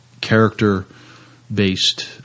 character-based